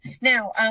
now